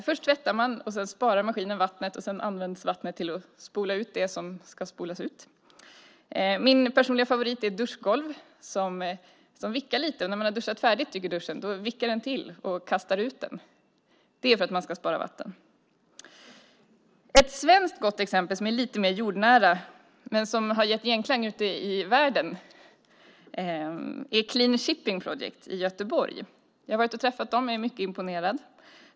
Först tvättar man. Sedan sparar maskinen vattnet. Sedan används vattnet till att spola ut det som ska spolas ut. Min personliga favorit är duschgolvet som vickar lite. När duschen tycker att man har duschat färdigt vickar den till och kastar ut en. Det är för att man ska spara vatten. Ett svenskt gott exempel som är lite mer jordnära men som har gett genklang ute i världen är Clean Shipping Project i Göteborg. Jag har varit och träffat dem och är mycket imponerad.